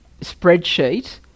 spreadsheet